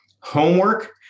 homework